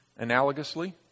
analogously